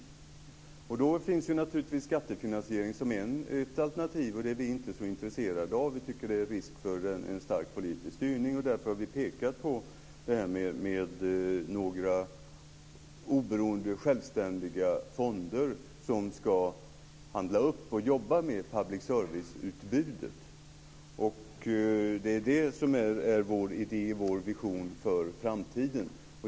Skattefinansiering finns naturligtvis som ett alternativ, men det är vi inte så intresserade av. Vi tycker att det finns risk för en stark politisk styrning, och därför har vi pekat på detta med några oberoende, självständiga fonder som ska handla upp och jobba med public serviceutbudet. Det är det som är vår idé och vår vision för framtiden.